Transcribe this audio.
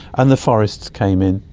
and the forests came in.